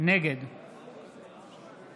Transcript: נגד